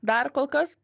dar kol kas